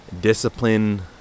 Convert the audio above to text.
Discipline